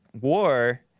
war